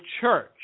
church